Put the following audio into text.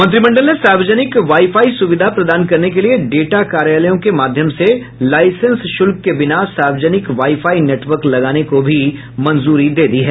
मंत्रिमंडल ने सार्वजनिक वाई फाई सुविधा प्रदान करने के लिए डेटा कार्यालयों के माध्यम से लाइसेंस शुल्क के बिना सार्वजनिक वाई फाई नेटवर्क लगाने को भी मंजूरी दे दी है